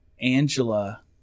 angela